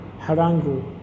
harangu